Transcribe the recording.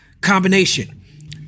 combination